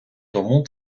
тому